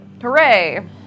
Hooray